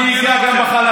איך?